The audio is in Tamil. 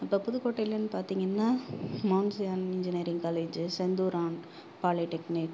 இப்போ புதுகோட்டையிலன்னு பார்த்திங்கன்னா மான்சியான் இன்ஜினியரிங் காலேஜஸ் செந்தூரான் பாலிடெக்னிக்